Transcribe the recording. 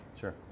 Sure